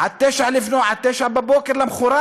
עד 09:00 למחרת.